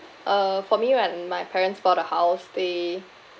uh for me when my parents bought a house they